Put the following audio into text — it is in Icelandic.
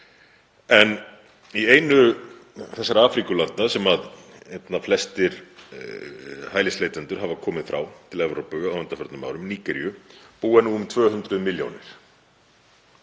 Í einu þessara Afríkulanda sem einna flestir hælisleitendur hafa komið frá til Evrópu á undanförnum árum, Nígeríu, búa nú um 200 milljónir.